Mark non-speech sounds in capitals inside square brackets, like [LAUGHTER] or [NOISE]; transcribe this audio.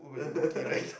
[LAUGHS]